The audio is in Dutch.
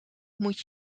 moet